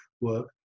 work